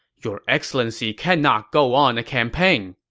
your excellency cannot go on a campaign.